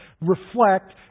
reflect